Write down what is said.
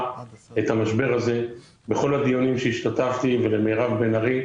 את המשבר הזה בכל הדיונים שהשתתפתי וגם למירב בן ארי,